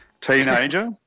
teenager